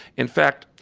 in fact,